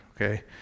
okay